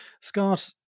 Scott